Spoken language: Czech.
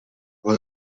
ale